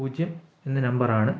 പൂജ്യം എന്ന നമ്പർ ആണ്